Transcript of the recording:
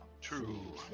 True